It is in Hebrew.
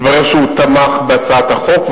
התברר שהוא תמך בהצעת החוק,